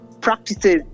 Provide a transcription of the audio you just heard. practices